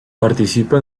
participa